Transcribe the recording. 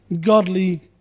godly